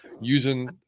using